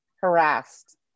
Harassed